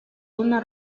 una